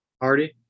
Hardy